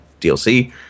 DLC